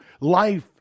life